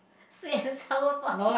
say as hello